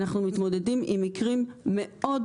אנחנו מתמודדים עם מקרים קשים מאוד